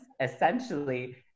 essentially